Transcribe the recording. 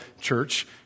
church